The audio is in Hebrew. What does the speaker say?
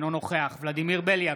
אינו נוכח ולדימיר בליאק,